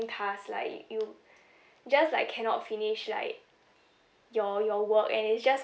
task like you just like cannot finish like your your work and it's just